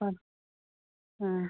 हय